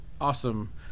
awesome